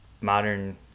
modern